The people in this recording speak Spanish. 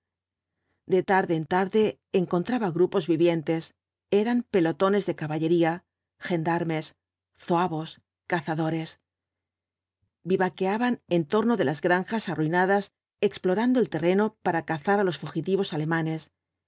de tarde en tarde encontraba grupos vivientes eran pelotones de caballería gendarmes zuavos cazadores vivaqueaban en torno de las granjas arruinadas explorando el terreno para cazar á los fugitivos alemanes